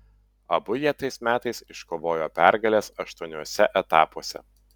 abu jie tais metais iškovojo pergales aštuoniuose etapuose